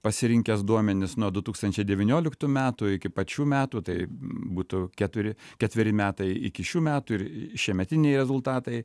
pasirinkęs duomenis nuo du tūkstančiai devynioliktų metų iki pat šių metų tai būtų keturi ketveri metai iki šių metų ir šiemetiniai rezultatai